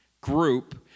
group